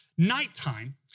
nighttime